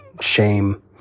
shame